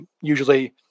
usually